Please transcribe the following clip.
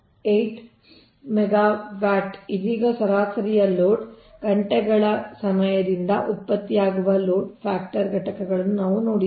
8 megawatt ಇದೀಗ ಸರಾಸರಿ load ಆಗಿದೆ ಗಂಟೆಗಳಲ್ಲಿ ಸಮಯದಿಂದ ಉತ್ಪತ್ತಿಯಾಗುವ ಲೋಡ್ ಫ್ಯಾಕ್ಟರ್ ಘಟಕಗಳನ್ನು ನಾವು ನೋಡಿದ್ದೇವೆ